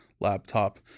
laptop